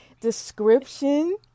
description